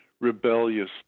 rebellious